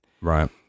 Right